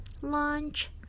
lunch